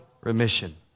remission